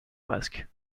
masque